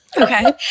Okay